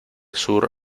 sur